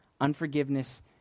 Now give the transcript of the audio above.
Unforgiveness